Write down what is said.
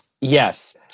Yes